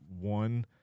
one